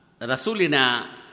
Rasulina